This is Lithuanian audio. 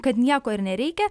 kad nieko ir nereikia